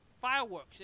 fireworks